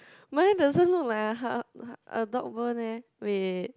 mine doesn't look like a !huh! uh dog bone eh wait wait wait